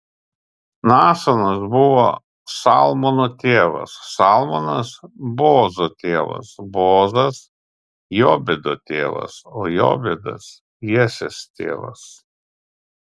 naasonas buvo salmono tėvas salmonas boozo tėvas boozas jobedo tėvas o jobedas jesės tėvas